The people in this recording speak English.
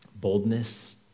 boldness